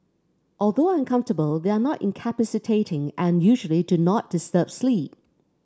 although uncomfortable they are not incapacitating and usually do not disturb sleep